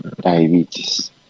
diabetes